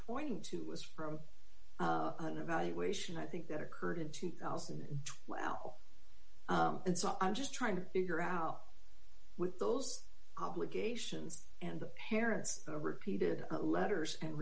pointing to was from an evaluation i think that occurred in two thousand and twelve and so i'm just trying to figure out with those obligations and the parents of repeated letters and